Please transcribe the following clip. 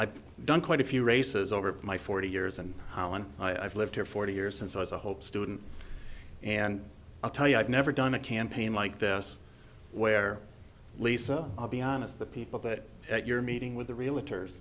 i've done quite a few races over my forty years and i've lived here forty years since i was a hope student and i'll tell you i've never done a campaign like this where lisa i'll be honest the people that you're meeting with the realtors